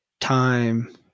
time